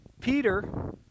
Peter